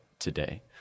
today